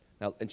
Now